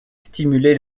stimuler